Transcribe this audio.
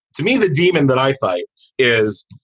to me, the demon that i fight is,